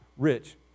Rich